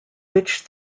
which